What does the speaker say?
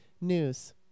News